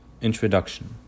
Introduction